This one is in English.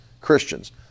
Christians